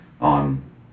on